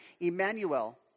Emmanuel